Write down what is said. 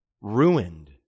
ruined